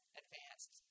advanced